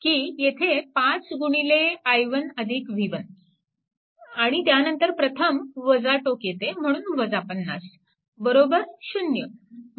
की येथे 5 गुणिले i1 v1 आणि त्यानंतर प्रथम टोक येते म्हणून 50 बरोबर 0